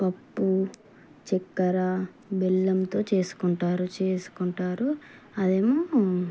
పప్పు చక్కెర బెల్లంతో చేసుకుంటారు చేసుకుంటారు అదేమో